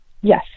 Yes